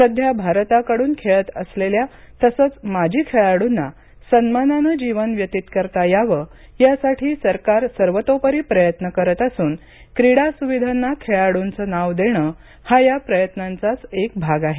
सध्या भारताकडून खेळत असलेल्या तसेच माजी खेळाडूंना सन्मानाने जीवन व्यतीत करता यावं यासाठी सरकार सर्वतोपरी प्रयत्न करत असून क्रीडा सुविधांना खेळाडूंचे नाव देणे हा या प्रयत्नांचाच एक भाग आहे